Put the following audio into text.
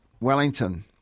Wellington